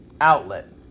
outlet